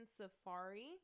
safari